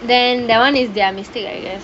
then that [one] is their mistake I guess